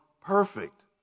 perfect